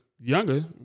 younger